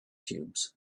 cubes